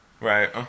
Right